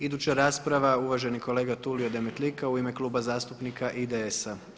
Iduća rasprava uvaženi kolega Tulio Demetlika u ime Kluba zastupnika IDS-a.